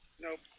Nope